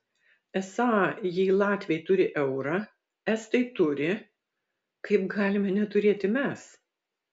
esą jei latviai turi eurą estai turi kaip galime neturėti mes